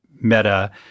Meta